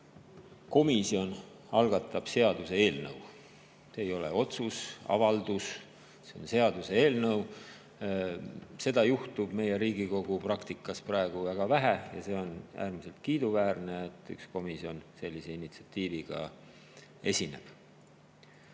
komisjon algatab seaduse eelnõu. See ei ole otsuse või avalduse [eelnõu], see on seaduse eelnõu. Seda juhtub meie Riigikogu praktikas praegu väga vähe ja on äärmiselt kiiduväärne, et üks komisjon sellise initsiatiiviga esineb. Teiseks